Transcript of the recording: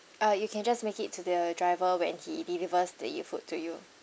uh you can just make it to the driver when he delivers the food to you